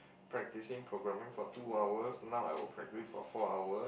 practicing programming for two hours now I will practice for four hours